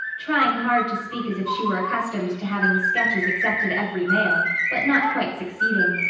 trying hard to speak as if she were accustomed to having sketches accepted every mail, but not quite succeeding.